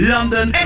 London